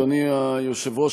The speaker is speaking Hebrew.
אדוני היושב-ראש,